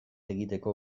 egiteko